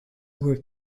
were